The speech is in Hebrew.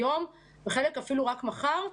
היום וחלק אפילו רק מחר,